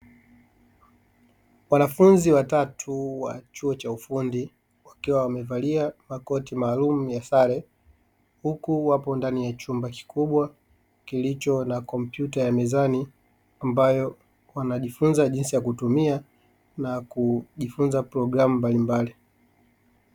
Wanafunzi watatu wa chuo cha ufundi wakiwa wamevalia makoti maaalumu ya sare huku wako ndani ya chumba kikubwa kilicho na kompyuta ya mezani ambayo wanajifunza jinsi ya kutumia na kujifunza programu mbalimbali.